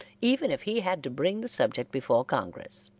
even if he had to bring the subject before congress.